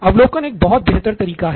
अवलोकन एक बहुत बेहतर तरीका है